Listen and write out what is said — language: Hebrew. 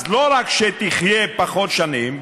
אז לא רק שתחיה פחות שנים,